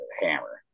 hammer